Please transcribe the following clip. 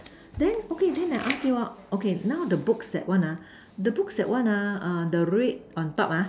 then okay then I ask you ah okay now the books that one ah the books that one ah err the red on top ah